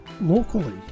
locally